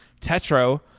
tetro